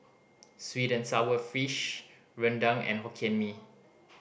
sweet and sour fish rendang and Hokkien Mee